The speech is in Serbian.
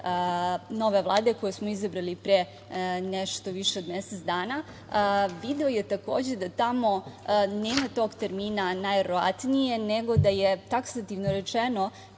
nove Vlade koju smo izabrali pre nešto više od mesec dana, video je takođe da tamo nema tog termina – najverovatnije, nego da je taksativno rečeno